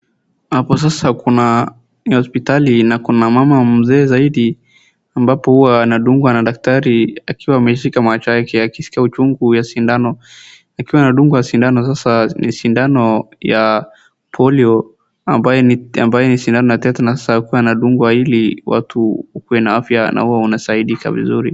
Hapo sasa kuna ni hospitali na kuna mama mzee zaidi ambapo huwa anadungwa na daktari akiwa ameshika macho yake akiskia uchungu ya sindano. Akiwa anadungwa sindano sasani sindano ya polio ambaye ni sindano ya tetenus sa alikuwa nadungwa ili watu wakue na afya na wawenasaidika vizuri.